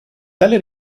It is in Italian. tale